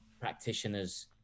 practitioners